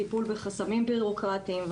טיפול בחסמים בירוקרטים.